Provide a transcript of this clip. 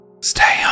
stay